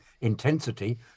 intensity